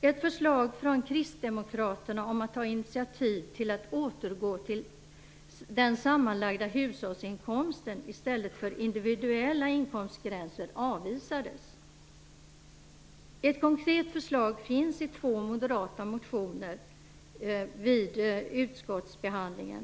Ett förslag från Kristdemokraterna om att ta initiativ till att återgå till den sammanlagda hushållsinkomsten i stället för att ha individuella inkomstgränser avvisades. Ett konkret förslag fanns också i två moderata motioner vid utskottsbehandlingen.